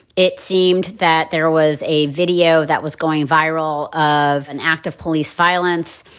it seemed that there was a video that was going viral of an act of police violence.